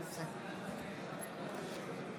מצביע אופיר אקוניס, מצביע משה ארבל,